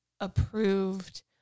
approved